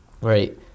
right